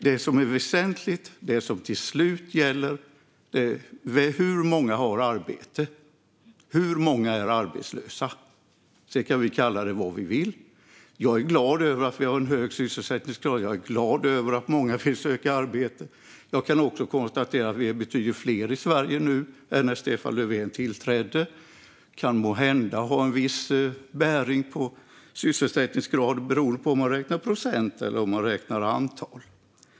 Det som är väsentligt, det som till slut gäller, är hur många som har arbete och hur många som är arbetslösa. Sedan kan vi kalla det vad vi vill. Jag är glad över att vi har en hög sysselsättningsgrad. Jag är glad över att många vill söka arbete. Jag kan också konstatera att vi är betydligt fler i Sverige nu än när Stefan Löfven tillträdde. Det kan måhända ha viss bäring på sysselsättningsgraden beroende på om man räknar procent eller om man räknar antal.